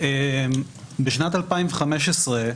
בשנת 2015,